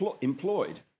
employed